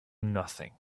nothing